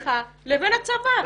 בינך לבין הצבא.